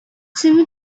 seemed